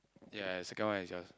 ya the second one is yours